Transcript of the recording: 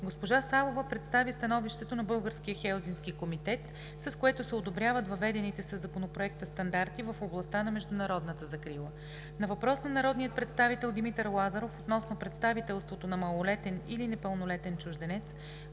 Госпожа Савова представи становището на Българския хелзинкски комитет, с което се одобряват въведените със Законопроекта стандарти в областта на международната закрила. На въпрос на народния представител Димитър Лазаров относно представителството на малолетен или непълнолетен чужденец,